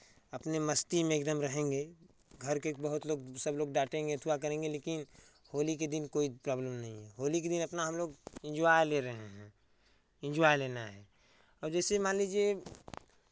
अपने मस्ती में एकदम रहेंगे घर के बहुत लोग सब लोग डांटेंगे एथुआ करेंगे लेकिन होली के दिन कोई प्रोब्लम नहीं है होली के दिन अपना हम लोग इंज्वाय ले रहे हैं इंज्वाय लेना है और जैसे मान लीजिए